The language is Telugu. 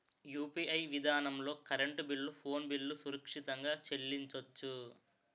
యూ.పి.ఐ విధానంలో కరెంటు బిల్లు ఫోన్ బిల్లు సురక్షితంగా చెల్లించొచ్చు